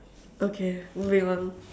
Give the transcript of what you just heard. okay moving on